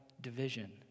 division